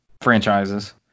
franchises